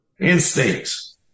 Instincts